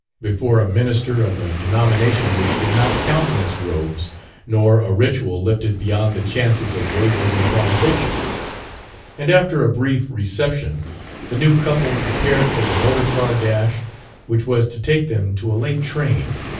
before a minister of a denomination which did not countenance robes nor a ritual lifted beyond the chances of wayward improvisation and after a brief reception the new couple prepared for the motor-car dash which was to take them to a late train.